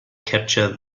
capture